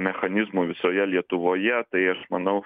mechanizmų visoje lietuvoje tai aš manau